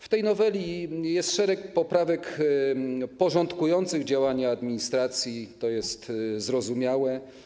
W tej noweli jest szereg poprawek porządkujących działania administracji, to jest zrozumiałe.